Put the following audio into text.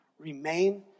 remain